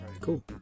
Cool